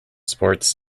sports